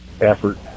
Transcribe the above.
effort